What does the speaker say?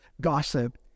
gossip